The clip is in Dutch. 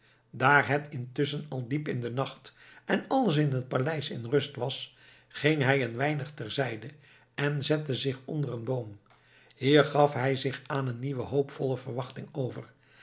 daar het intusschen al diep in den nacht en alles in het paleis in rust was ging hij een weinig ter zijde en zette zich onder een boom hier gaf hij zich aan nieuwe hoopvolle verwachtingen over